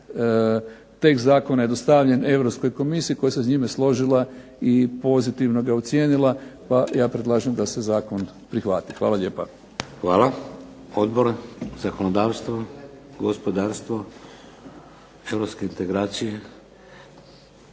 tekst zakona je dostavljen Europskoj Komisiji koji se s njime složila i pozitivno ga ocijenila, pa ja predlažem da se zakon prihvati. Hvala lijepa. **Šeks, Vladimir (HDZ)** Hvala. Odbor? Zakonodavstvo, gospodarstvo, europske integracije?